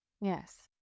Yes